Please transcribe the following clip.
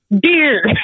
Beer